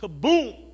kaboom